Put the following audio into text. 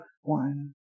one